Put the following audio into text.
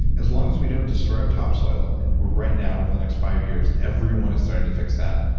as long as we don't destroy our top soil and we're right now, over the next five years, everyone is starting to fix that.